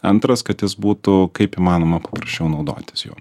antras kad jis būtų kaip įmanoma paprasčiau naudotis juo